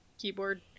keyboard